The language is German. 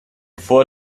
vor